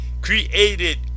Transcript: created